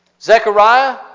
Zechariah